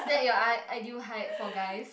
is that your i~ ideal height for guys